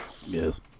Yes